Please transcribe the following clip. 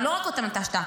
אבל לא רק אותם נטשת.